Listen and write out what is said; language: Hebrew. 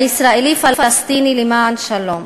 הישראלי פלסטיני למען שלום,